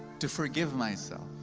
to forgive myself,